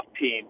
team